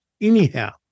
Anyhow